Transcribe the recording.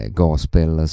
gospel